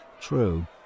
True